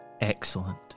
excellent